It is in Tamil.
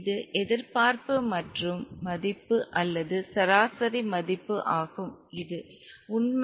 இது எதிர்பார்ப்பு மதிப்பு அல்லது சராசரி மதிப்பு ஆகும் இது உண்மை